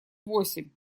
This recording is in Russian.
восемь